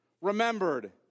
remembered